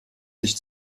sich